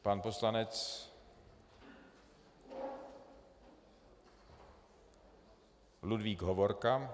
Pan poslanec Ludvík Hovorka.